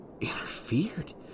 Interfered